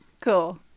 Cool